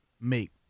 make